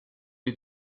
les